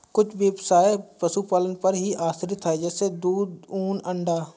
कुछ ब्यवसाय पशुपालन पर ही आश्रित है जैसे दूध, ऊन, अंडा